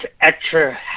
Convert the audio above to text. extra